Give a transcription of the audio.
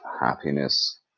happiness